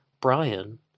Brian